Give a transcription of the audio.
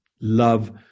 love